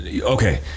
okay